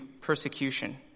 persecution